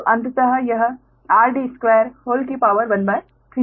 तो अंततः यह 13 हो जाएगा